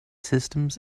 systems